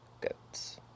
Goats